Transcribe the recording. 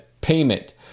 payment